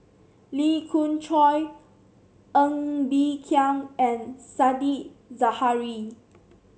Lee Khoon Choy Ng Bee Kia and Said Zahari